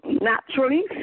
naturally